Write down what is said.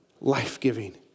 life-giving